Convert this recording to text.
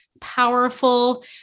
powerful